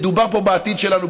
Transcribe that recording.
מדובר פה בעתיד שלנו,